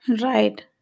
Right